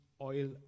oil